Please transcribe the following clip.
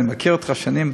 אני מכיר אותך שנים.